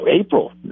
April